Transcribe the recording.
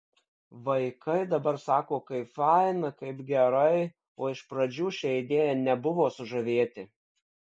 vaikai dabar sako kaip faina kaip gerai o iš pradžių šia idėja nebuvo sužavėti